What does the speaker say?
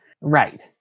Right